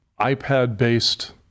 iPad-based